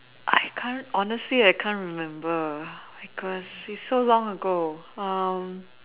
I can't honestly I can't remember since it was so long ago